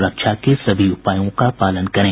सुरक्षा के सभी उपायों का पालन करें